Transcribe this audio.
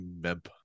memp